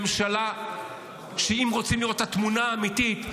ממשלה שאם רוצים לראות את התמונה האמיתית,